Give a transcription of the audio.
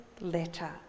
letter